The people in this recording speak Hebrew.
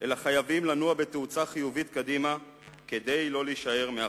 אלא חייבים לנוע בתאוצה חיובית קדימה כדי לא להישאר מאחור.